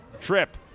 trip